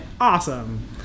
awesome